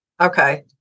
Okay